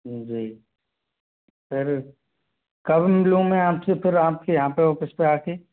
जी फिर कब मिलूँ मैं आप से फिर आप के यहाँ पे ऑफिस पे आ के